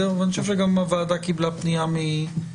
אני חושב שהוועדה גם קיבלה פנייה מארגון,